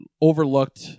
overlooked